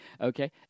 Okay